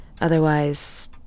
Otherwise